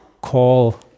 call